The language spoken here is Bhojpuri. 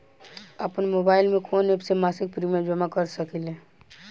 आपनमोबाइल में कवन एप से मासिक प्रिमियम जमा कर सकिले?